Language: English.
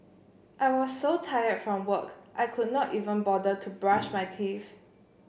I was so tired from work I could not even bother to brush my teeth